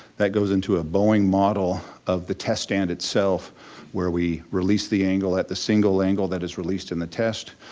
that goes into a boeing model of the test stand itself where we release the angle at the single angle that is released in the test,